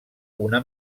una